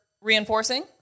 reinforcing